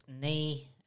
knee